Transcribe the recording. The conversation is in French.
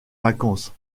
vacances